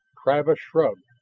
travis shrugged.